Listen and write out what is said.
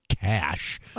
cash